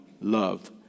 love